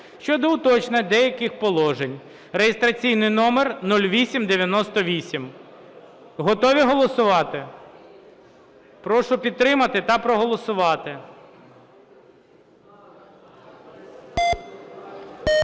щодо уточнення деяких положень (реєстраційний номер 0898). Готові голосувати? Прошу визначатися та проголосувати.